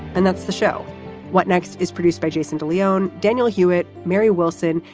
and that's the show what next is produced by jason de leon, daniel hewitt, mary wilson,